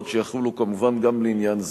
שיחולו כמובן גם לעניין זה,